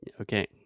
Okay